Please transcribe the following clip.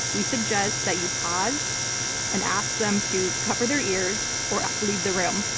we suggest that you pause and ask them to cover their ears or leave the room.